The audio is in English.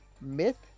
Myth